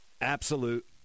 Absolute